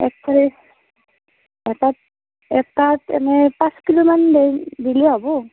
তেজপাত এনেই পাঁচকিলোমান ধৰি ধৰিলেই হ'ব